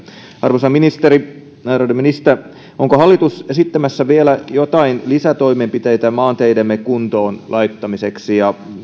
arvoisa ministeri ärade minister onko hallitus esittämässä vielä joitain lisätoimenpiteitä maanteidemme kuntoon laittamiseksi ja